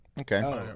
Okay